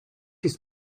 his